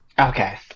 okay